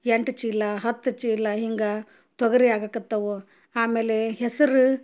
ಎಂಟು ಚೀಲ ಹತ್ತು ಚೀಲ ಹಿಂಗೆ ತೊಗರಿ ಆಗ ಕತ್ತವು ಆಮೇಲೆ ಹೆಸ್ರು